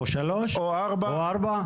שלוש או ארבע?